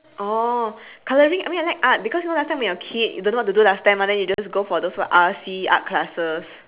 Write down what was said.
oh colouring I mean I like art because you know last time when you're a kid you don't know what to do last time mah then you just go for those what R_C art classes